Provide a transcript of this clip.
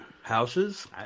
Houses